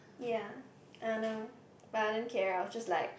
ya I know but I don't care I was just like